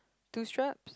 two strap